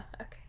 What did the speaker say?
okay